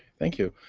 thank you.